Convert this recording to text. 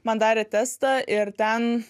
man darė testą ir ten